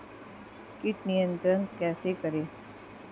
कीट नियंत्रण कैसे करें?